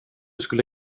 skulle